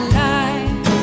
life